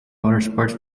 motorsports